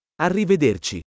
Arrivederci